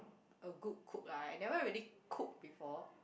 a good cook lah I never really cook before